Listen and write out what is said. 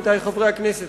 עמיתי חברי הכנסת,